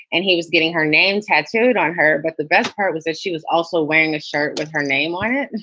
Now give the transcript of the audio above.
and he was getting her. name tattooed on her. but the best part was that she was also wearing a shirt with her name on it and